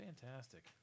fantastic